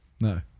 No